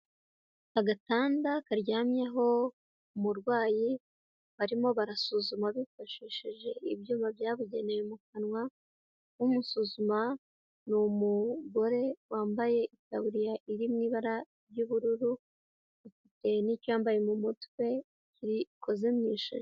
Agatanda karyamyeho umurwayi barimo barasuzuma bifashishijeje ibyuma byabugenewe mu kanwa, umusuzuma n'umugore wambaye itaburiya iri mu ibara ry'ubururu ufite n'icyo yambaye mu mutwe gikozwe mu ishashi.